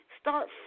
Start